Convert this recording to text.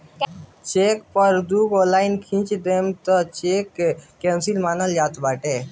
check पअ दुगो line खिंच देबअ तअ उ चेक केंसल मानल जात बाटे